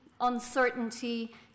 uncertainty